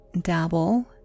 dabble